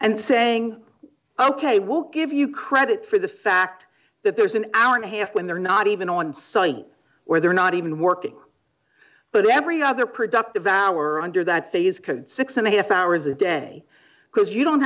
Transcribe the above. and saying ok we'll give you credit for the fact that there's an hour and a half when they're not even on site or they're not even working but every other productive hour under that phase can six and a half hours a day because you don't